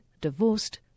divorced